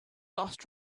last